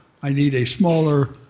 i need a smaller,